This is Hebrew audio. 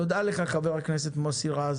תודה לך, חבר הכנסת מוסי רז.